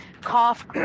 cough